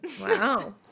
Wow